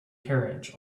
carriage